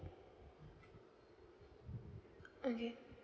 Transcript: okay